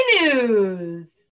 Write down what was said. News